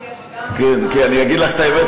אני אגיד לך את האמת,